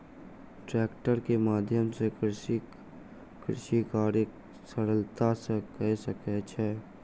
tractor के माध्यम सॅ कृषक कृषि कार्य सरलता सॅ कय सकै छै